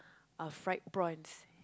of fried prawns